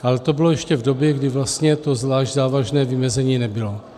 Ale to bylo ještě v době, kdy vlastně to zvlášť závažné vymezení nebylo.